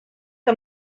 que